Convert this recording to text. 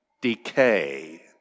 decay